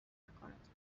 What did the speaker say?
میکند